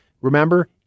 Remember